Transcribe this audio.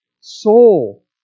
soul